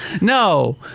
No